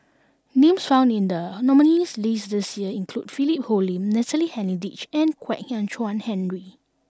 names found in the nominees' list this year include Philip Hoalim Natalie Hennedige and Kwek Hian Chuan Henry